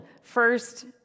first